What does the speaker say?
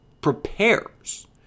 prepares